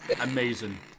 Amazing